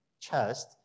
chest